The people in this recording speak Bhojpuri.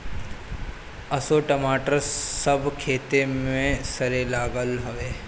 असो टमाटर सब खेते में सरे लागल हवे